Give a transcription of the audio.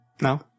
No